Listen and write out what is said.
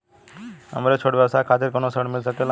हमरे छोट व्यवसाय खातिर कौनो ऋण मिल सकेला?